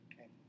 okay